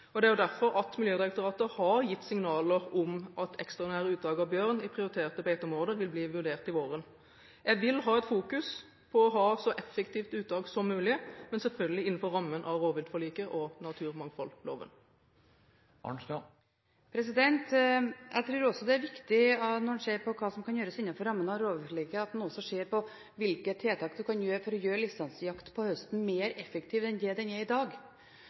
Det er derfor Miljødirektoratet har gitt signaler om at ekstraordinære uttak av bjørn i prioriterte beiteområder vil bli vurdert til våren. Jeg vil fokusere på å ha et så effektivt uttak som mulig, men selvfølgelig innenfor rammen av rovviltforliket og naturmangfoldloven. Når en ser på hva som kan gjøres innenfor rammen av rovviltforliket, tror jeg også det er viktig at en ser på hvilke tiltak en kan sette i verk for å gjøre lisensjakta på høsten mer effektiv enn den er i dag.